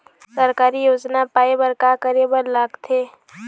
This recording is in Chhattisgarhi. सरकारी योजना पाए बर का करे बर लागथे?